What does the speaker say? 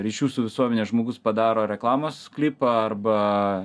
ryšių su visuomene žmogus padaro reklamos klipą arba